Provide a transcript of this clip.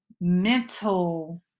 mental